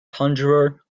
conjurer